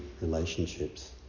relationships